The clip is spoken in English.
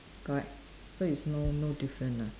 correct so it's no no different ah